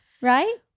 Right